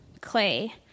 Clay